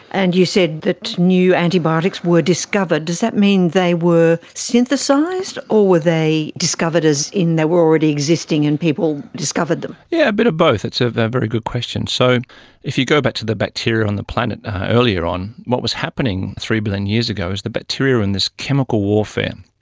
and you said that new antibiotics were discovered, does that mean they were synthesised or were they discovered as in they were already existing and people discovered them? yes, yeah a bit of both, it's a very good question. so if you go back to the bacteria on the planet earlier on, what was happening three billion years ago is the bacteria is in this chemical warfare,